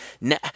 now